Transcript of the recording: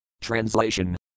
Translation